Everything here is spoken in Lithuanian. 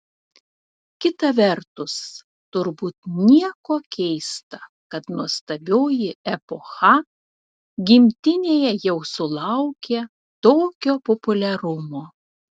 kita vertus turbūt nieko keista kad nuostabioji epocha gimtinėje jau sulaukė tokio populiarumo